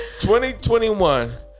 2021